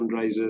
fundraisers